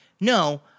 no